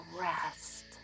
rest